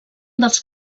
dels